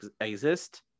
exist